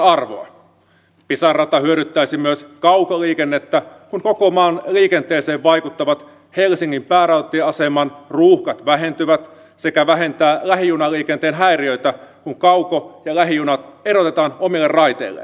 pisara rata hyödyttäisi myös kaukoliikennettä kun koko maan liikenteeseen vaikuttavat helsingin päärautatieaseman ruuhkat vähentyvät sekä vähentäisi lähijunaliikenteen häiriöitä kun kauko ja lähijunat erotetaan omille raiteilleen